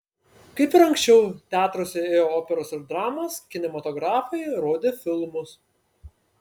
kaip ir anksčiau teatruose ėjo operos ir dramos kinematografai rodė filmus